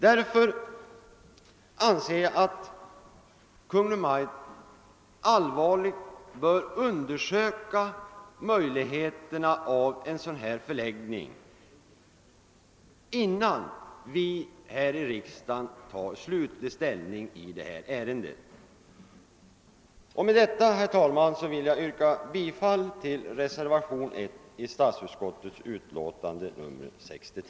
Därför anser jag att Kungl. Maj:t allvarligt bör undersöka möjligheterna av en sådan förläggning innan riksdagen tar slutlig ställning i detta ärende. Herr talman! Med detta yrkar jag bifall till reservationen 1.